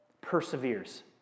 perseveres